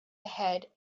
ahead